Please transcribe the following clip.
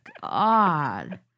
god